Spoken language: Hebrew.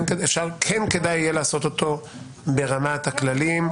אפשר כן כדאי יהיה לעשות אותו ברמת הכללים.